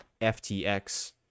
FTX